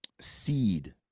seed